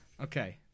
Okay